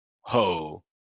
ho